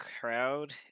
crowd